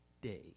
day